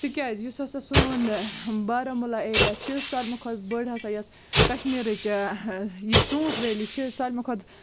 تِکیٛازِ یُس ہَسا سون بارہموٗلہ ایریا چھِ سالمہِ کھۄتہٕ بٔڑ ہَسا یۄس کشمیٖرٕچ یہِ ژوٗںٛٹھۍ ویلی چھِ سالمہِ کھۄتہٕ